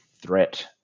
threat